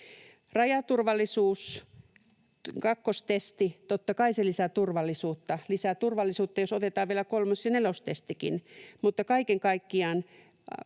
Rajaturvallisuus, kakkostesti: Totta kai se lisää turvallisuutta, lisää turvallisuutta, jos otetaan vielä kolmos‑ ja nelostestikin.